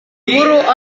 guru